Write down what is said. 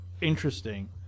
interesting